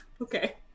Okay